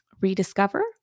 rediscover